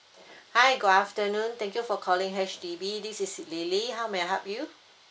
hi good afternoon thank you for calling H_D_B this is lily how may I help you